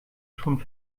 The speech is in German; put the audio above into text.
schon